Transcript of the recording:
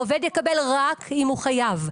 העובד יקבל רק אם הוא חייב.